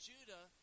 Judah